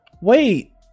Wait